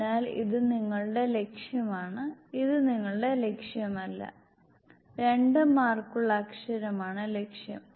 അതിനാൽ ഇത് നിങ്ങളുടെ ലക്ഷ്യമാണ് ഇത് നിങ്ങളുടെ ലക്ഷ്യമല്ല 2 മാർക്കുകളുള്ള അക്ഷരമാണ് ലക്ഷ്യം